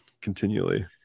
continually